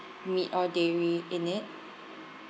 meat or dairy in it